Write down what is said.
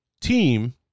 team